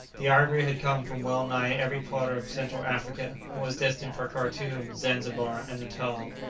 the ivory had come from well-nigh every part of central africa, and was destined for khartoom, zanzibar, and natal,